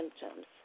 symptoms